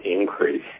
increase